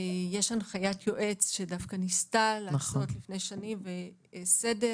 יש הנחיית יועץ שדווקא ניסתה לעשות לפני שנים סדר,